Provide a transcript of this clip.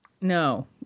No